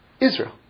Israel